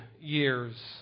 years